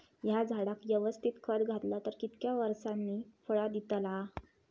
हया झाडाक यवस्तित खत घातला तर कितक्या वरसांनी फळा दीताला?